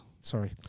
Sorry